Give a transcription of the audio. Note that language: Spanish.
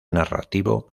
narrativo